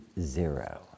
zero